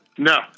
No